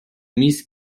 miss